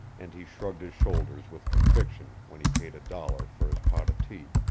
and he shrugged his shoulders with conviction when he paid a dollar for his pot of tea.